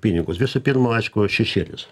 pinigus visų pirma aišku šešėlis